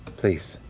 please,